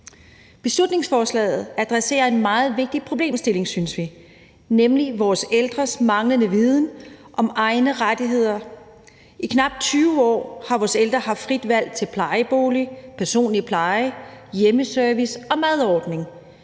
Beslutningsforslaget adresserer en meget vigtig problemstilling, synes vi, nemlig vores ældres manglende viden om egne rettigheder. I knap 20 år har vores ældre haft frit valg i forhold til plejebolig, personlig pleje, hjemmeservice og madordning,